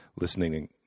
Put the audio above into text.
listening